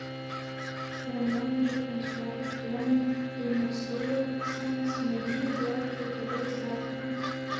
riaumojančių transporto priemonių bei moksleivių eisena smagiai judėjo klaipėdos gatvėmis